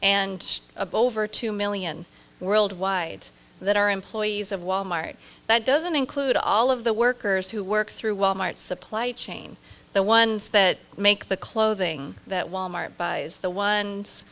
and of over two million worldwide that are employees of wal mart that doesn't include all of the workers who work through wal mart supply chain the ones that make the clothing that wal mart buys the ones